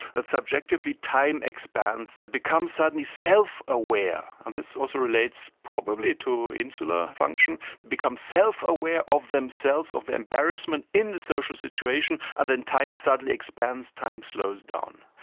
that subjectively time expands, they become suddenly self-aware. and this also relates probably to insular function. they become self-aware of themselves, of the embarrassment in the social situation, and then time suddenly expands, time slows down.